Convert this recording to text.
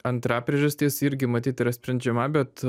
antra priežastis irgi matyt yra sprendžiama bet